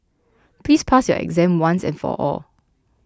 please pass your exam once and for all